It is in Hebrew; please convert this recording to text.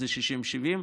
איזה 60,000 70,000?